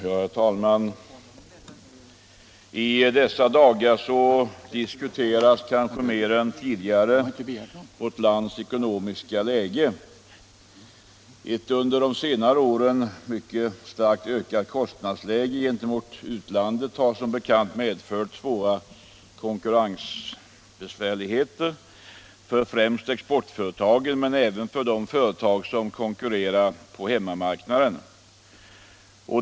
Herr talman! I dessa dagar diskuteras kanske mer än någonsin tidigare vårt lands ekonomiska läge. Ett under de senare åren starkt ökat kost nadsläge gentemot utlandet har som bekant medfört konkurrenssvårigheter för främst exportföretagen men även för de företag som konkurrerar på hemmamarknaden.